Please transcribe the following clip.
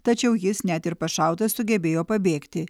tačiau jis net ir pašautas sugebėjo pabėgti